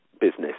business